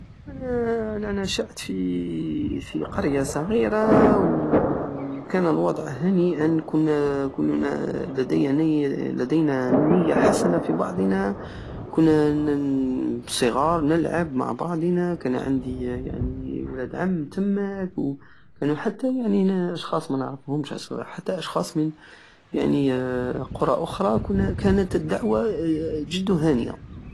انا نشات في قرية صغيرة وكان الوضع هتيئا كلنا لدينا- لدينا النية حسنة في بعضنا كنا نن- صغار نلعب مع بعضنا كان عندي يعني ولاد عم تماك كانو حتى يعني اشخاص منعرفوهمش حتى اشخاص من يعني قرى اخرى كانت الدعوة جد هانية